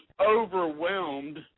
Overwhelmed